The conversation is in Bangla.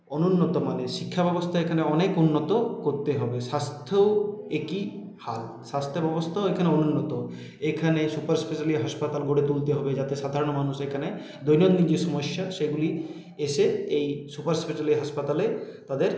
অনুন্নত মানের শিক্ষা ব্যবস্থা এখানে অনেক উন্নত করতে হবে স্বাস্থ্যও একই হাল স্বাস্থ্যব্যবস্থাও এখানে অনুন্নত এখানে সুপারস্পেশালিটি হাসপাতাল গড়ে তুলতে হবে যাতে সাধারণ মানুষ এখানে দৈনন্দিন যে সমস্যা সেগুলি এসে এই সুপারস্পেশালিটি হাসপাতালে তাদের